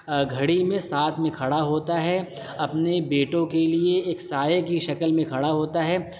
گھڑی میں ساتھ میں کھڑا ہوتا ہے اپنے بیٹوں کے لیے ایک سائے کی شکل میں کھڑا ہوتا ہے